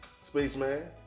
Spaceman